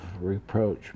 reproach